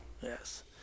Yes